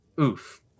Oof